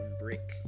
brick